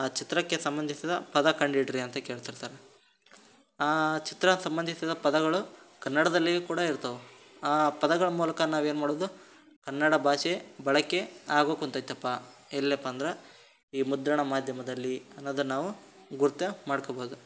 ಆ ಚಿತ್ರಕ್ಕೆ ಸಂಬಂಧಿಸಿದ ಪದ ಕಂಡು ಹಿಡೀರಿ ಅಂತ ಕೇಳ್ತಿರ್ತಾರೆ ಆ ಚಿತ್ರಕ್ಕೆ ಸಂಬಂಧಿಸಿದ ಪದಗಳು ಕನ್ನಡದಲ್ಲಿ ಕೂಡ ಇರ್ತಾವೆ ಆ ಪದಗಳ ಮೂಲಕ ನಾವು ಏನು ಮಾಡೋದು ಕನ್ನಡ ಭಾಷೆ ಬಳಕೆ ಆಗೋಕೆ ಕುಂತಿದೆಯಪ್ಪ ಎಲ್ಲಿಯಪ್ಪ ಅಂದ್ರೆ ಈ ಮುದ್ರಣ ಮಾಧ್ಯಮದಲ್ಲಿ ಅನ್ನೋದನ್ನು ನಾವು ಗುರುತು ಮಾಡ್ಕೊಬೋದು